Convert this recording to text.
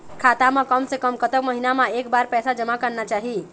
खाता मा कम से कम कतक महीना मा एक बार पैसा जमा करना चाही?